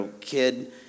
kid